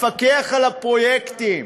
לפקח על הפרויקטים.